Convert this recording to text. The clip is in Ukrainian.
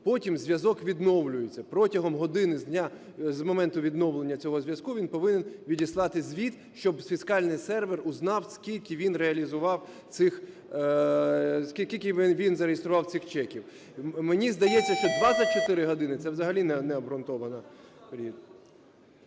Потім зв'язок відновлюється. Протягом години з моменту відновлення цього зв'язку він повинен відіслати звіт, щоб фіскальний сервер узнав, скільки він реалізував цих, скільки він зареєстрував цих чеків. Мені здається, що 24 години – це взагалі необґрунтовано.